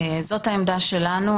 זאת העמדה שלנו.